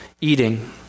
eating